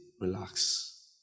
relax